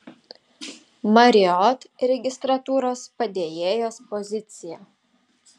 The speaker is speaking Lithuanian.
marriott registratūros padėjėjos pozicija